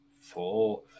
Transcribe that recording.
Four